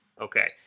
Okay